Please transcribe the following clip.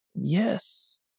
Yes